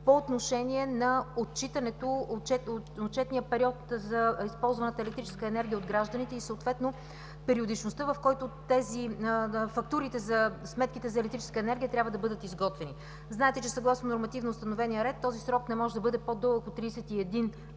по отношение на отчитането – отчетният период за използваната електрическа енергия от гражданите и съответно периодичността, в които фактурите за сметките за електрическа енергия трябва да бъдат изготвени. Знаете, че съгласно нормативно установения ред този срок не може да бъде по-дълъг от 31 дни.